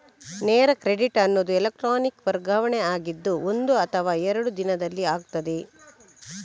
ನೇರ ಕ್ರೆಡಿಟ್ ಅನ್ನುದು ಎಲೆಕ್ಟ್ರಾನಿಕ್ ವರ್ಗಾವಣೆ ಆಗಿದ್ದು ಒಂದು ಅಥವಾ ಎರಡು ದಿನದಲ್ಲಿ ಆಗ್ತದೆ